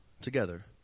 together